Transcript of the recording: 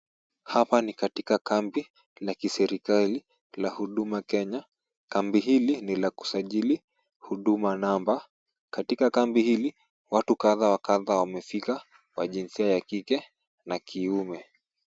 Hapa ni katika kambi la kiserikali la Huduma Kenya. Kambi hili ni la kusajili Huduma Namba. Katika kambi hili watu kadha wa kadha wamefika wa jinsia ya kike na kiume.